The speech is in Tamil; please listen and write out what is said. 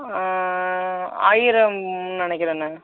ஆயிரமெனு நினைக்கிறேன்ணா